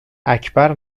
اکبر